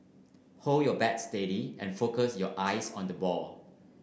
hold your bat steady and focus your eyes on the ball